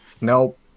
Nope